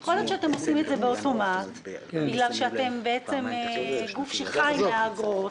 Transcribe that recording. יכול להיות שאתם עושים את זה באופן אוטומטי בגלל שאתם גוף שחי מאגרות,